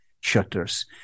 shutters